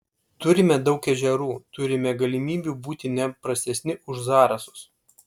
turime daug ežerų turime galimybių būti ne prastesni už zarasus